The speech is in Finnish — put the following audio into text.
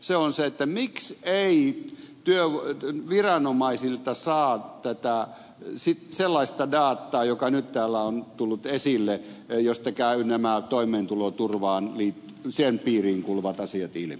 se on se miksi ei viranomaisilta saa sellaista dataa joka nyt täällä on tullut esille josta käyvät nämä toimeentuloturvan piiriin kuuluvat asiat ilmi